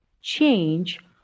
change